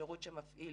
שירות שמפעיל